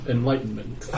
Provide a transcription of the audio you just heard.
Enlightenment